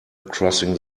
crossing